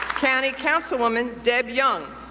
county councilwoman deb jung,